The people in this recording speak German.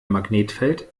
magnetfeld